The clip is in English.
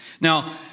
Now